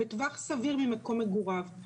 בטווח סביר ממקום מגוריו,